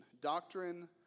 doctrine